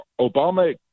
Obama